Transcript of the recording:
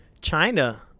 China